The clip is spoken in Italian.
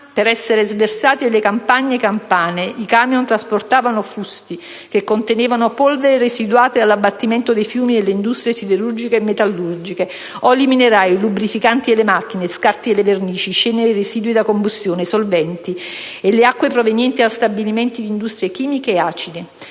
per essere sversati nelle campagne campane. I camion trasportavano fusti che contenevano polvere residuata dall'abbattimento dei fumi delle industrie siderurgiche e metallurgiche, oli minerali, lubrificanti delle macchine, scarti delle vernici, ceneri residue da combustione, solventi, acque provenienti da stabilimenti di industrie chimiche e acidi.